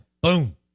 Boom